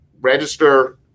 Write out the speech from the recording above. register